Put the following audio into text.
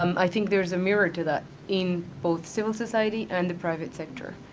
um i think there is a mirror to that, in both civil society and the private sector.